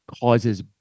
causes